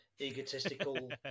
egotistical